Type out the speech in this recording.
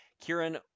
Kieran